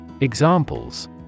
Examples